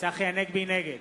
הנגבי, נגד